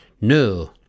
No